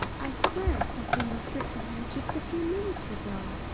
i swear something was written here, just a few minutes ago?